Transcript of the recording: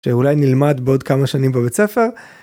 שאולי נלמד בעוד כמה שנים בבית ספר.